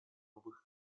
новых